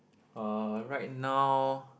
uh right now